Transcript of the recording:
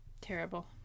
Terrible